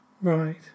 Right